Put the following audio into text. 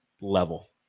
level